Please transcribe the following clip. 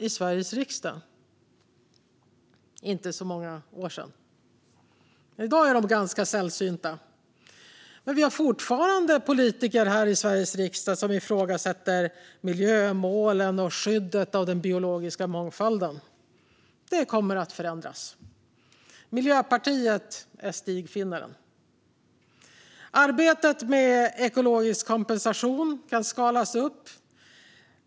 I dag är de ganska sällsynta. Men vi har fortfarande politiker i Sveriges riksdag som ifrågasätter miljömålen och skyddet av den biologiska mångfalden. Det kommer att förändras, och Miljöpartiet är stigfinnaren. Arbetet med ekologisk kompensation kan skalas upp.